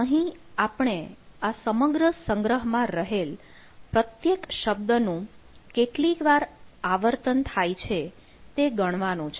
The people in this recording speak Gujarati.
અહીં આપણે આ સમગ્ર સંગ્રહમાં રહેલ પ્રત્યેક શબ્દનું કેટલી વાર આવર્તન થાય છે તે ગણવાનું છે